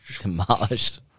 demolished